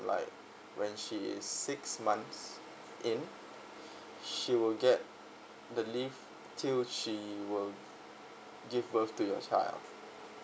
like when she is six months in she will get the leave till she will give birth to your child